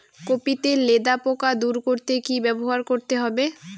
Copy তে লেদা পোকা দূর করতে কি ব্যবহার করতে হবে?